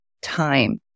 time